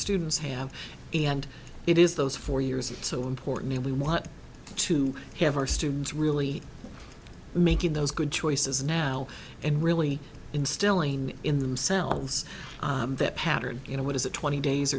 students have and it is those four years it's so important we want to have our students really making those good choices now and really instilling in themselves that pattern you know what is it twenty days